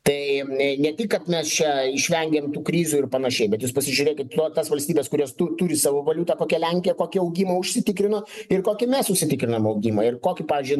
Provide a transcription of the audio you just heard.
tai ne tik kad mes čia išvengėm tų krizių ir panašiai bet jūs pasižiūrėkit nu tas valstybes kurios turi savo valiutą kokia lenkija kokį augimą užsitikrino ir kokį mes užsitikrinom augimą ir kokį pavyzdžiui